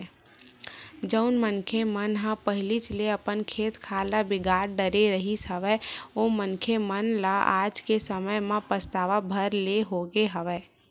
जउन मनखे मन ह पहिलीच ले अपन खेत खार ल बिगाड़ डरे रिहिस हवय ओ मनखे मन ल आज के समे म पछतावत भर ले होगे हवय